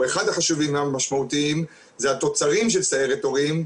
אחד החשובים והמשמעותיים זה התוצרים של סיירת הורים,